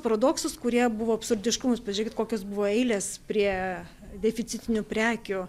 paradoksus kurie buvo absurdiškumas pažiūrėkit kokios buvo eilės prie deficitinių prekių